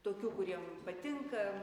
tokių kuriem patinka